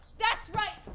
that's right,